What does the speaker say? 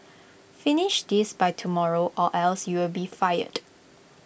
finish this by tomorrow or else you'll be fired